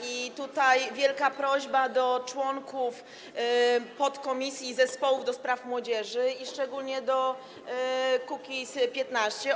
i tutaj wielka prośba do członków podkomisji i zespołów do spraw młodzieży, szczególnie do Kukiz’15.